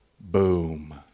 boom